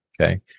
okay